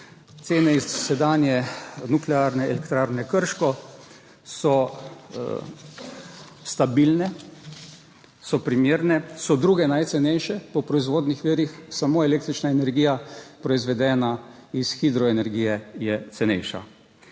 Cene iz sedanje Nuklearne elektrarne Krško so stabilne so primerne, so druge najcenejše po proizvodnih virih, samo električna energija, proizvedena iz hidroenergije je cenejša.